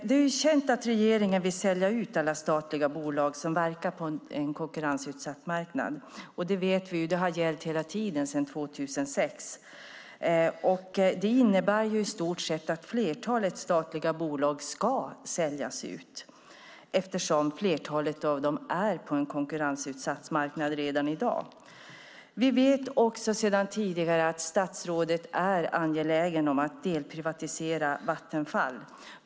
Det är känt att regeringen vill sälja ut alla statliga bolag som verkar på en konkurrensutsatt marknad, och det har gällt sedan 2006. Det innebär att flertalet statliga bolag ska säljas ut eftersom de verkar på en konkurrensutsatt marknad. Vi vet sedan tidigare att statsrådet är angelägen om att delprivatisera Vattenfall.